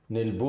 Nel